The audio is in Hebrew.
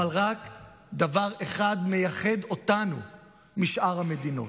אבל רק דבר אחד מייחד אותנו משאר המדינות,